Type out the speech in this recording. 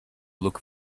look